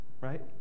Right